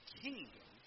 kingdom